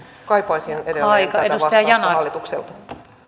kaipaisin edelleen tähän vastausta hallitukselta